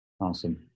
Awesome